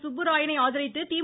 சுப்புராயனை ஆதரித்து தி